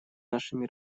нашими